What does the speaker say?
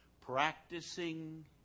Practicing